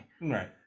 Right